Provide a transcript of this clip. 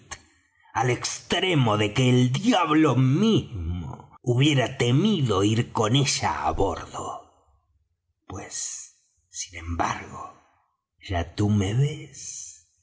al extremo de que el diablo mismo hubiera temido ir con ella á bordo pues sin embargo ya tú me ves